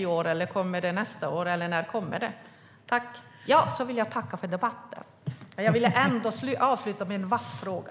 Kommer det här i år, nästa år eller när kommer det? Jag vill också tacka för debatten, men jag ville ändå avsluta med en vass fråga.